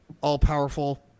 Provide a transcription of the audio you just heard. all-powerful